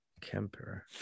Kemper